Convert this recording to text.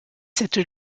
cette